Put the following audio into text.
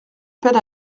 peine